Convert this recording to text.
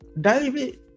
David